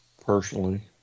Personally